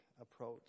approach